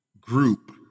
group